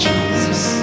Jesus